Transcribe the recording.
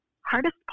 hardest